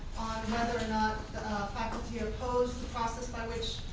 whether or not faculty opposed the process by which